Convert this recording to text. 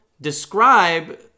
describe